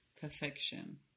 perfection